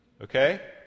okay